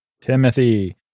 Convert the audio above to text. Timothy